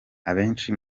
abenshi